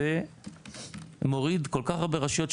זה מוריד כל כך הרבה רשויות,